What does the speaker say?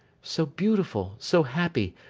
so beautiful, so happy,